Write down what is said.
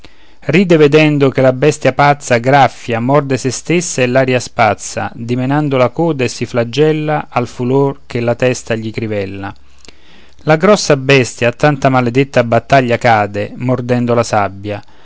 ride vedendo che la bestia pazza graffia morde se stessa e l'aria spazza dimenando la coda e si flagella al furor che la testa gli crivella la grossa bestia a tanta maledetta battaglia cade mordendo la sabbia